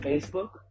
Facebook